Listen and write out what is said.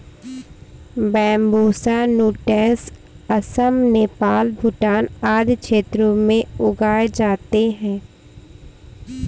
Bambusa nutans Assam, Nepal, Bhutan आदि क्षेत्रों में उगाए जाते है